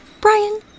Brian